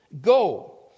Go